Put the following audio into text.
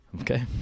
Okay